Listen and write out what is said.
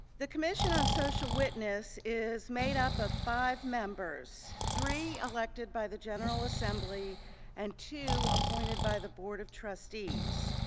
the commission on social witness is made up of five members, three elected by the general assembly and two appointed by the board of trustees.